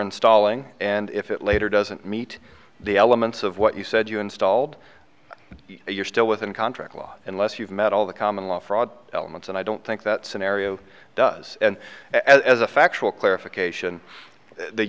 installing and if it later doesn't meet the elements of what you said you installed you're still within contract law unless you've met all the common law fraud elements and i don't think that scenario does and as a factual clarification the